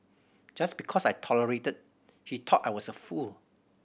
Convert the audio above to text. just because I tolerated he thought I was a fool